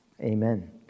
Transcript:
Amen